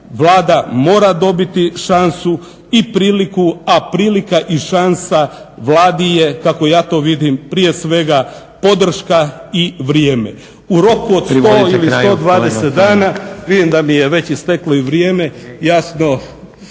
Vlada mora dobiti šansu i priliku, a prilika i šansa Vladi je kako ja to vidim prije svega podrška i vrijeme. ... /Upadica: Privedite kraju./ … U roku od 100 ili 120 dana, vidim da mi je već isteklo i vrijeme,